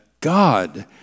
God